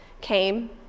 came